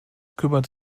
kümmert